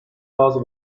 bazı